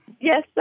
Yes